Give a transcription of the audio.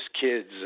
kids